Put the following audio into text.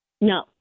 No